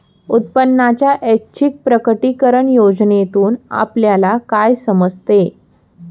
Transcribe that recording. उत्पन्नाच्या ऐच्छिक प्रकटीकरण योजनेतून आपल्याला काय समजते?